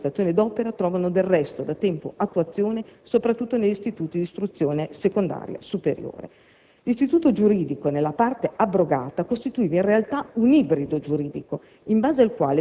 I contratti di prestazione d'opera trovano, del resto, da tempo attuazione soprattutto negli istituti di istruzione secondaria superiore. L'istituto giuridico, nella parte abrogata, costituiva in realtà un ibrido giuridico